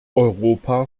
europa